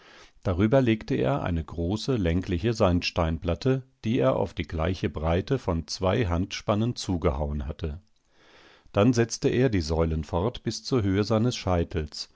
darüber legte er eine große längliche sandsteinplatte die er auf die gleiche breite von zwei handspannen zugehauen hatte dann setzte er die säulen fort bis zur höhe seines scheitels